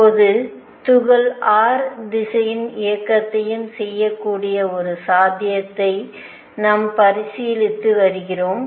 இப்போது துகள் r திசையில் இயக்கத்தையும் செய்யக்கூடிய சாத்தியத்தை நாம் பரிசீலித்து வருகிறோம்